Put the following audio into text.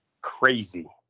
crazy